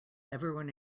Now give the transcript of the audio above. everyone